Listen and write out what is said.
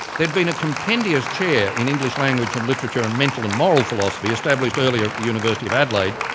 there'd been a compendious chair in english language and literature and mental and moral philosophy established earlier at the university of adelaide,